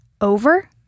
over